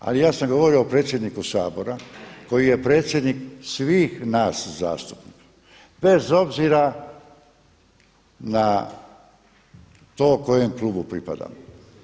Ali ja sam govorio o predsjedniku Sabora koji je predsjednik svih nas zastupnika, bez obzira na to kojem klubu pripadamo.